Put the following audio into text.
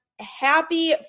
Happy